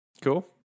Cool